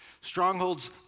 Strongholds